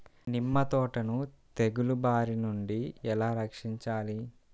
నిమ్మ తోటను తెగులు బారి నుండి ఎలా రక్షించాలి?